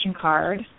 card